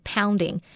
Pounding